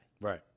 Right